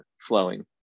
flowing